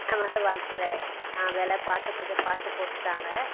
நான் வந்து வாங்கிக்கிறேன் ஆ விலை பார்த்து கொஞ்சம் பார்த்து போட்டுத்தாங்க